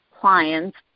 clients